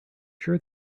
sure